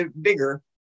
bigger